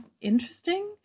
interesting